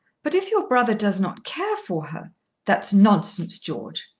but if your brother does not care for her that's nonsense, george.